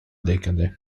decade